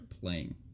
playing